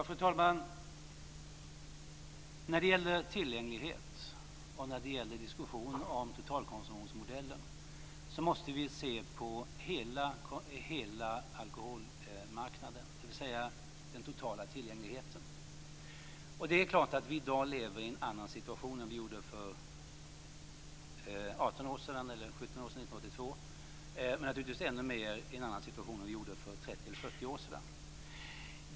Fru talman! När det gäller tillgänglighet och diskussionen om totalkonsumtionsmodellen måste vi se på hela alkoholmarknaden, dvs. den totala tillgängligheten. Det är klart att vi i dag lever i en annan situation än vi gjorde för 17 år sedan, 1982. Men vi lever naturligtvis ännu mer i en annan situation än vi gjorde för 30 eller 40 år sedan.